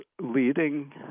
leading